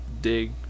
dig